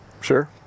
sure